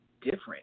different